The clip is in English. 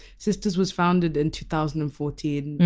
sisters was founded in two thousand and fourteen.